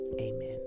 amen